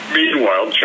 meanwhile